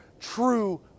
true